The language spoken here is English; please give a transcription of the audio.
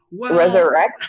resurrect